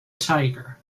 tiger